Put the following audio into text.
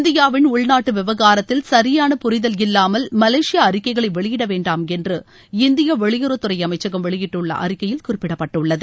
இந்தியாவின் உள்நாட்டு விவகாரத்தில் சரியான புரிதல் இல்லாமல் மலேசியா அறிக்கைகளை வெளியிட வேண்டாம் என்று இந்திய வெளியுறவுத்துறை அமைச்சகம் வெளியிட்டுள்ள அறிக்கையில் குறிப்பிடப்பட்டுள்ளது